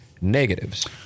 negatives